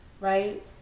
right